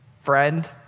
friend